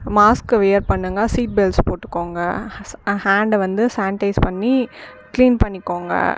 mask wear பண்ணுங்கள் seat belts போட்டுக்கோங்க ஹாண்ட்டை வந்து சானிடைஸ் பண்ணி க்ளீன் பண்ணிக்கோங்கள்